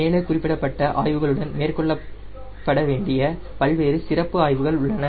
மேலே குறிப்பிடப்பட்ட ஆய்வுகளுடன் மேற்கொள்ளப்பட வேண்டிய பல்வேறு சிறப்பு ஆய்வுகள் உள்ளன